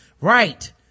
right